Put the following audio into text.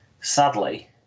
sadly